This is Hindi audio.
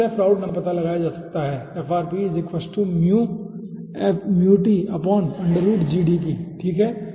इस तरह फ्राउड नंबर का पता लगाया जा सकता है ठीक है